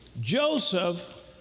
Joseph